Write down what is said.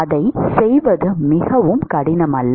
அதைச் செய்வது மிகவும் கடினம் அல்ல